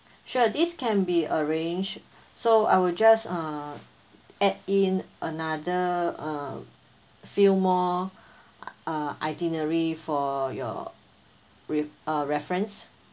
sure this can be arranged so I will just uh add in another uh few more uh itinerary for your re~ uh reference